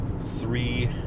three